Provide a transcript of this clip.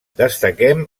destaquem